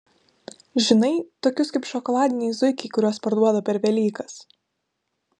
žinai tokius kaip šokoladiniai zuikiai kuriuos parduoda per velykas